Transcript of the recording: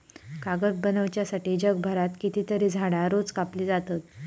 कागद बनवच्यासाठी जगभरात कितकीतरी झाडां रोज कापली जातत